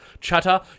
chatter